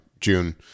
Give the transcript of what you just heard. June